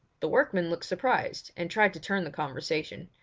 the workman looked surprised, and tried to turn the conversation.